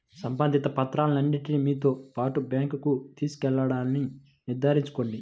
సంబంధిత పత్రాలన్నింటిని మీతో పాటు బ్యాంకుకు తీసుకెళ్లాలని నిర్ధారించుకోండి